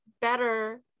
better